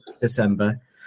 December